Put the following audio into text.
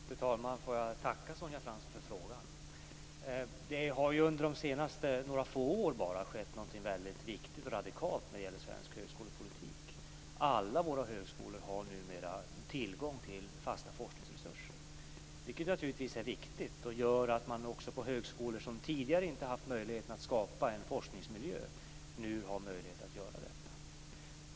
Fru talman! Jag vill tacka Sonja Fransson för frågan. Det har under bara några få år skett någonting viktigt och radikalt när det gäller svensk högskolepolitik. Alla våra högskolor har numera tillgång till fasta forskningsresurser, vilket är viktigt. Det gör att man på höskolor som tidigare inte har haft möjligheter att skapa en forskningsmiljö nu kan göra det.